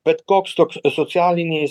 bet koks toks socialiniais